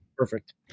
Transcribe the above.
perfect